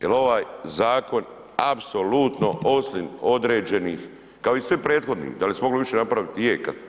Jer ovaj zakon apsolutno osim određenih, kao i svi prethodni, da li se moglo više napraviti je.